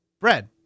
Bread